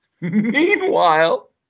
Meanwhile